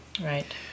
Right